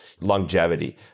longevity